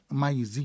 mais